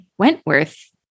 Wentworth